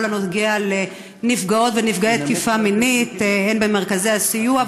הנוגע לנפגעות ונפגעי תקיפה מינית במרכזי הסיוע,